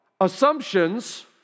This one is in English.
Assumptions